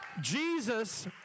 Jesus